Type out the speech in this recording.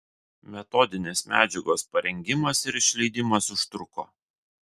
metodinės medžiagos parengimas ir išleidimas užtruko